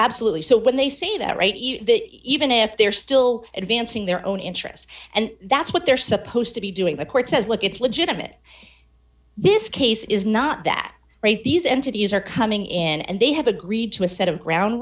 absolutely so when they say that right even if they're still advancing their own interests and that's what they're supposed to be doing the court says look it's legitimate this case is not that great these entities are coming in and they have agreed to a set of ground